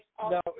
No